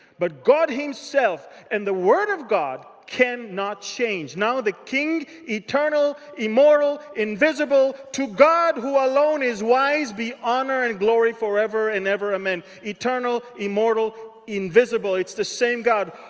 but god, himself, and the word of god can not change. now to the king eternal, immortal, invisible, to god who alone is wise, be honor and glory forever and ever. amen. eternal, immortal, invisible. it's the same god.